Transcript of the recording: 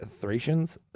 Thracians